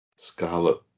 Scarlet